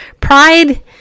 Pride